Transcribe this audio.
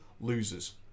losers